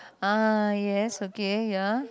ah yes okay ya